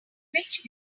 which